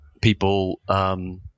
People